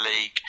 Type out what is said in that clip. League